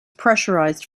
pressurised